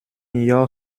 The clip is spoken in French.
ignore